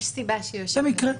במקרה.